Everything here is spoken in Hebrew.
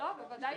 לא, בוודאי שלא.